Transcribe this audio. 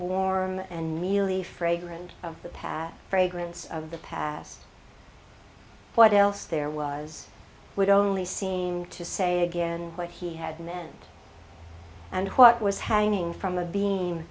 warm and mealy fragrant of the pat fragrance of the past what else there was would only seem to say again what he had meant and what was hanging from a be